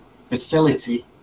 facility